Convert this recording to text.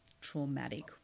traumatic